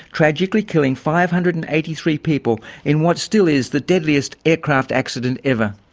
tragically killing five hundred and eighty three people in what still is the deadliest aircraft accident ever.